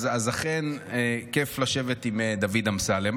אז אכן, כיף לשבת עם דוד אמסלם.